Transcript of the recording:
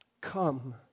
Come